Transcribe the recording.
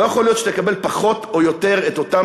לא יכול להיות שתקבל פחות או יותר את אותם